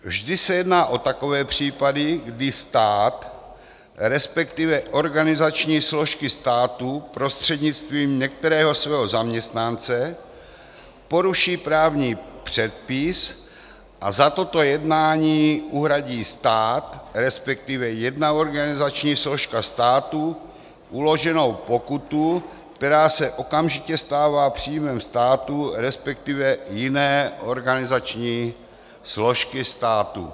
Vždy se jedná o takové případy, kdy stát, respektive organizační složky státu, prostřednictvím některého svého zaměstnance poruší právní předpis a za toto jednání uhradí stát, respektive jedna organizační složka státu, uloženou pokutu, která se okamžitě stává příjmem státu, respektive jiné organizační složky státu.